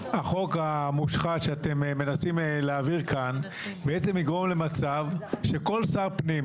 החוק המושחת שאתם מנסים להעביר כאן בעצם יגרום למצב שכל שר פנים,